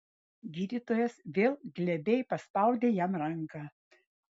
gydytojas vėl glebiai paspaudė jam ranką